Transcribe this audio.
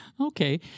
Okay